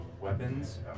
weapons